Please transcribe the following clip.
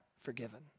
forgiven